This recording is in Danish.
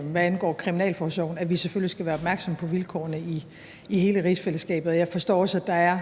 hvad angår kriminalforsorgen, nemlig at vi selvfølgelig skal være opmærksomme på vilkårene i hele rigsfællesskabet. Jeg forstår også, at der er